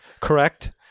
Correct